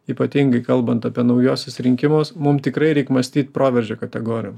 ypatingai kalbant apie naujuosius rinkimus mum tikrai reik mąstyt proveržio kategorijom